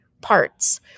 parts